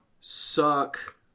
suck